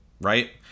right